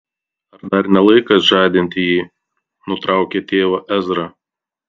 ar dar ne laikas žadinti jį nutraukė tėvą ezra